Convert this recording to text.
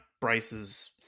Bryce's –